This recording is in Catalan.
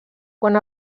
quan